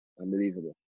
Unbelievable